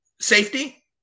safety